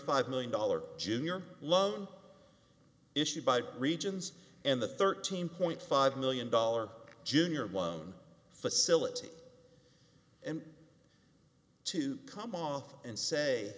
five million dollars junior loan issued by regions and the thirteen point five million dollar junior mon facility and to come off and say